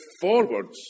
forwards